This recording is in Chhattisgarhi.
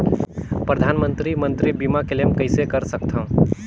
परधानमंतरी मंतरी बीमा क्लेम कइसे कर सकथव?